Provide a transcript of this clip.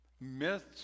myths